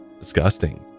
disgusting